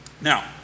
Now